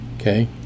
Okay